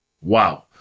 wow